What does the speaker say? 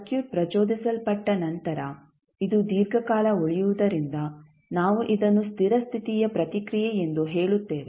circuit ಪ್ರಚೋಧಿಸಲ್ಪಟ್ಟ ನಂತರ ಇದು ದೀರ್ಘಕಾಲ ಉಳಿಯುವುದರಿಂದ ನಾವು ಇದನ್ನು ಸ್ಥಿರ ಸ್ಥಿತಿಯ ಪ್ರತಿಕ್ರಿಯೆಯೆಂದು ಹೇಳುತ್ತೇವೆ